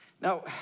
Now